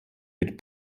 mit